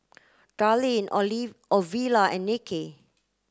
Darlene Ovila and Nicky